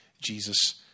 Jesus